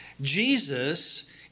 Jesus